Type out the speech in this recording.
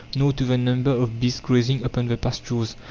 nor to the number of beasts grazing upon the pastures.